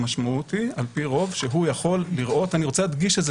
המשמעות היא על פי רוב שהוא יכול לראות אני רוצה להדגיש את זה